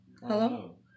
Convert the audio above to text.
Hello